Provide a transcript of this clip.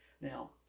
now